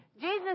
Jesus